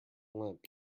limp